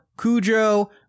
Cujo